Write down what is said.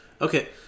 Okay